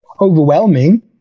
overwhelming